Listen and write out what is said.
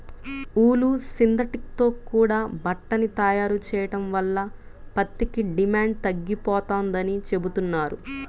ఊలు, synthetic తో కూడా బట్టని తయారు చెయ్యడం వల్ల పత్తికి డిమాండు తగ్గిపోతందని చెబుతున్నారు